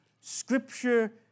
scripture